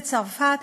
בצרפת,